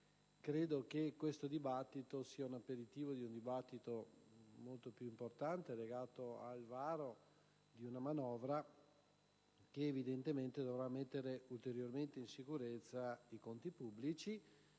credo che questo dibattito sia l'aperitivo di un dibattito molto più importante, legato al varo di una manovra che, evidentemente, dovrà mettere ulteriormente in sicurezza i conti pubblici